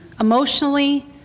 emotionally